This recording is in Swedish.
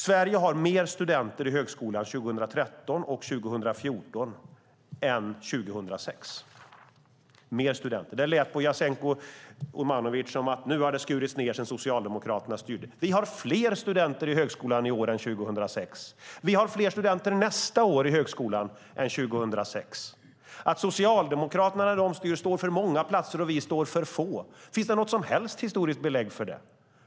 Sverige har fler studenter i högskolan 2013 och 2014 än 2006. Det lät på Jasenko Omanovic som att det har skurits ned sedan Socialdemokraterna styrde. Vi har fler studenter i högskolan i år än 2006. Vi har fler studenter nästa år i högskolan än 2006. Finns det något som helst historiskt belägg för att Socialdemokraterna står för många platser när de styr och att vi står för få?